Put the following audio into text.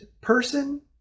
person